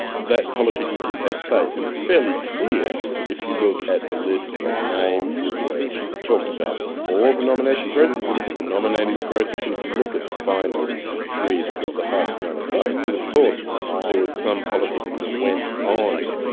that politicking can take place. and it's fairly clear if you look at the list of names that were talked about before the nomination process, if you look at the nominating process, and if you look at the final three that got the highest amount of votes, that of course there was some politicking that went on,